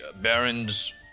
Baron's